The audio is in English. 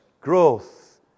growth